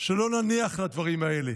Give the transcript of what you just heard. שלא נניח לדברים האלה,